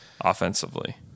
offensively